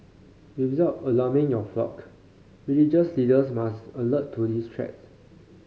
without alarming your flock religious leaders must alert to this threat